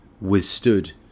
withstood